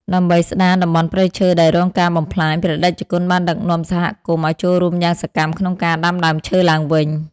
ដើម្បីស្ដារតំបន់ព្រៃឈើដែលរងការបំផ្លាញ ព្រះតេជគុណបានដឹកនាំសហគមន៍ឱ្យចូលរួមយ៉ាងសកម្មក្នុងការដាំដើមឈើឡើងវិញ។